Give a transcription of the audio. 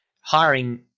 hiring